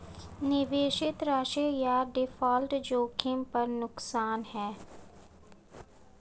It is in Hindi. निवेशित राशि या डिफ़ॉल्ट जोखिम पर नुकसान है